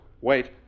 Wait